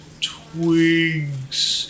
Twigs